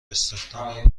استخدامم